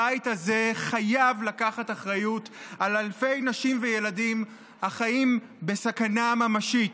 הבית הזה חייב לקחת אחריות על אלפי נשים וילדים החיים בסכנה ממשית.